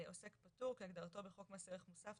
"עוסק פטור"- כהגדרתו בחוק מס ערך מוסף,